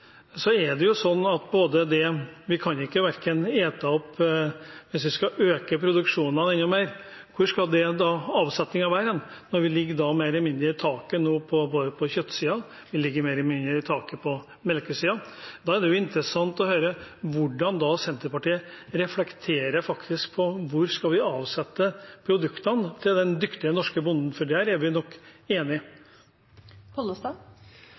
er det sånn at vi kan ikke ete opp hvis vi skal øke produksjonene enda mer. Hvor skal avsetningen da være, når vi ligger mer eller mindre i taket nå både på kjøttsiden og på melkesiden? Da er det interessant å høre hvordan Senterpartiet reflekterer over hvor vi skal avsette produktene til den dyktige norske bonden, for der er vi nok enig.